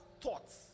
thoughts